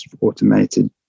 automated